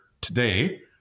today